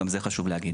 גם את זה חשוב להגיד.